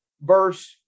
verse